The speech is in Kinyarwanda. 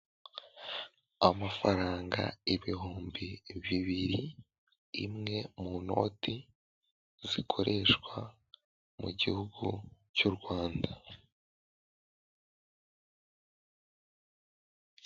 Amafaranga ibihumbi bibiri, imwe mu noti zikoreshwa mu gihugu cy'u Rwanda.